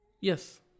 Yes